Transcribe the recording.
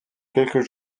quelques